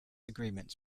agreement